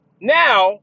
now